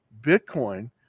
Bitcoin